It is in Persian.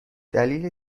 دلیل